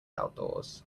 outdoors